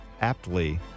aptly